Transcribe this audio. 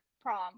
prom